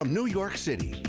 um new york city,